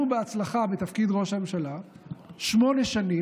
בהצלחה בתפקיד ראש הממשלה שמונה שנים,